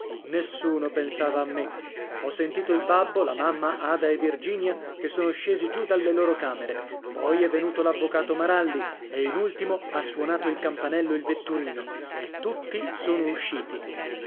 nessuno pensava a me ho sentito il babbo la mamma ada e virginia che sono scesi giù dalle loro camere poi è venuto l'avvocato maralli e in ultimo ha suonato il campanello il vetturino e tutti sono usciti